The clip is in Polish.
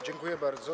Dziękuję bardzo.